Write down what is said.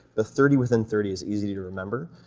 but thirty within thirty is easy to remember,